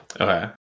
Okay